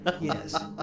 yes